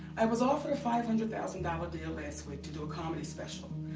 i was offered a five hundred thousand dollars deal last week to do a comedy special.